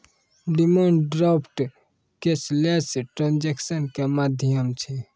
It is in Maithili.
डिमान्ड ड्राफ्ट कैशलेश ट्रांजेक्सन के माध्यम छै